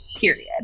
period